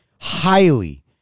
highly